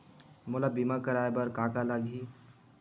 मोला बीमा कराये बर का का लगही?